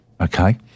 okay